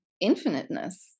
infiniteness